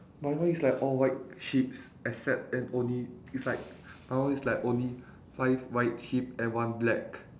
my one is like all white sheeps except and only it's like my one is like only five white sheep and one black